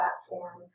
platform